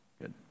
good